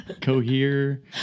cohere